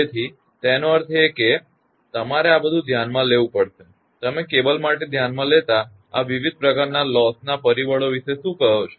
તેથી તેનો અર્થ એ કે તમારે આ બધું ધ્યાનમાં લેવું પડશે તમે કેબલ માટે ધ્યાનમાં લેતા આ વિવિધ પ્રકારનાં લોસનાં પરિબળો વિશે શું કહો છે